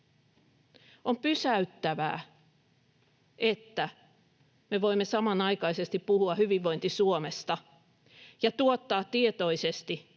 on pysäyttävää, että me voimme samanaikaisesti puhua hyvinvointi-Suomesta ja tuottaa tietoisesti nälkää